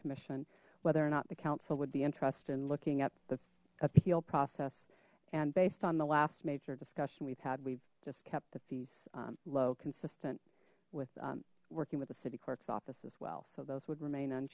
commission whether or not the council would be interested in looking at the appeal process and based on the last major discussion we've had we've just kept the fees low consistent with working with the city clerk's office as well so those would remain